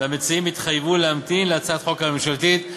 והמציעים התחייבו להמתין להצעת החוק הממשלתית.